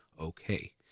okay